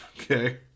Okay